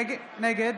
נגד